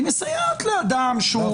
היא מסייעת לאדם שהוא --- לחד-הוריות.